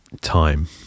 time